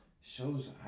shows